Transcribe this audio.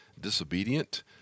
disobedient